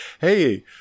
hey